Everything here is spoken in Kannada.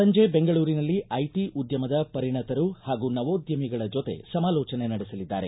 ಸಂಜೆ ಬೆಂಗಳೂರಿನಲ್ಲಿ ಐಟ ಉದ್ವಮದ ಪರಿಣತರು ಹಾಗೂ ನವೋದ್ಯಮಿಗಳ ಜೊತೆ ಸಮಾಲೋಚನೆ ನಡೆಸಲಿದ್ದಾರೆ